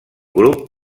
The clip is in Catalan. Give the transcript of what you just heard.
grup